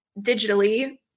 digitally